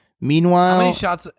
Meanwhile